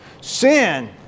Sin